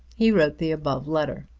he wrote the above letter.